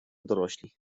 dorośli